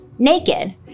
Naked